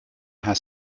has